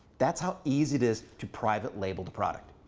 that's how easy it is to private label the product.